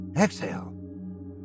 exhale